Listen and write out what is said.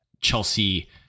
Chelsea